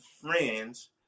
friends